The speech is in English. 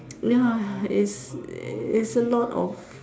ya is is a lot of